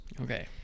okay